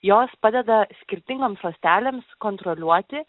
jos padeda skirtingoms ląstelėms kontroliuoti